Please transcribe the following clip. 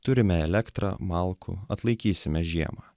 turime elektrą malkų atlaikysime žiemą